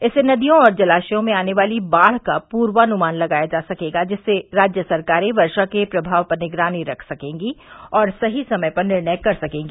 इससे नदियों और जलाशयों में आने वाली बाढ़ का पूर्वानुमान लगाया जा सकेगा जिससे राज्य सरकारें वर्षा के प्रभाव पर निगरानी रख सकेंगी और सही समय पर निर्णय कर सकेंगी